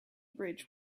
bridge